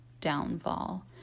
downfall